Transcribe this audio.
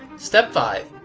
step five.